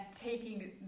taking